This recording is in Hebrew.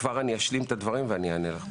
כבר אשלים את הדברים ואענה לך, בסדר?